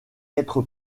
être